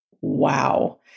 Wow